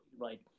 right